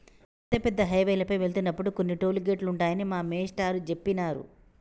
పెద్ద పెద్ద హైవేల పైన వెళ్తున్నప్పుడు కొన్ని టోలు గేటులుంటాయని మా మేష్టారు జెప్పినారు